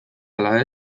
ala